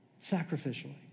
sacrificially